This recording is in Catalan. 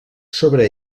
sobre